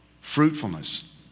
Fruitfulness